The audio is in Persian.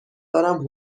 دارم